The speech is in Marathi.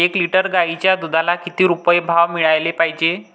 एक लिटर गाईच्या दुधाला किती रुपये भाव मिळायले पाहिजे?